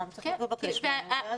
רם צריך לבקש מהם.